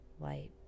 light